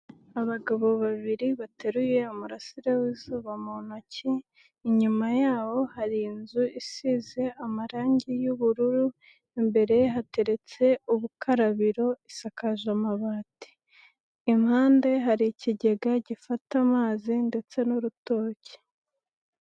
Abagabo babiri bateruye umurasire w'izuba mu ntoki, inyuma yaho hari inzu isize amarange y'ubururu, imbere hateretse ubukarabiro isakaje amabati, impande hari ikigega gifata amazi ndetse n'urutoki.